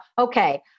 Okay